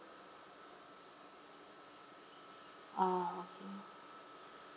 ah okay